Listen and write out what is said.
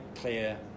clear